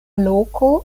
loko